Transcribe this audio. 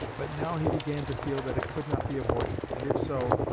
but now he began to feel that it could not be avoided and if so,